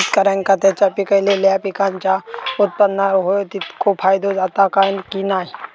शेतकऱ्यांका त्यांचा पिकयलेल्या पीकांच्या उत्पन्नार होयो तितको फायदो जाता काय की नाय?